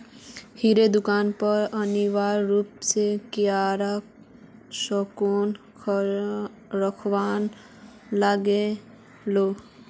हरेक दुकानेर पर अनिवार्य रूप स क्यूआर स्कैनक रखवा लाग ले